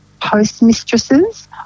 postmistresses